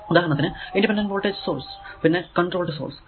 ഉദാഹരണത്തിന് independent voltage source പിന്നെ controlled source